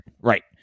Right